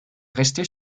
restés